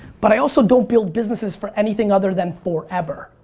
but i also don't build businesses for anything other than forever.